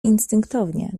instynktownie